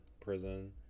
prison